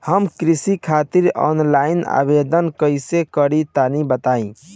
हम कृषि खातिर आनलाइन आवेदन कइसे करि तनि बताई?